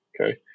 Okay